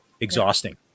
exhausting